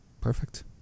Perfect